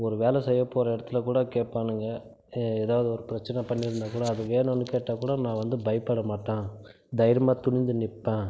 ஒரு வேலை செய்ய போகிற இடத்துலக்கூட கேட்பானுங்க எதாவது ஒரு பிரச்சனை பண்ணியிருந்தாக்கூட அதை வேணுன்னு கேட்டால் கூட நான் வந்து பயப்பட மாட்டேன் தைரியமாக துணிஞ்சு நிற்பேன்